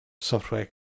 software